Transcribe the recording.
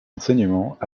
enseignement